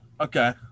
okay